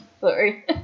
Sorry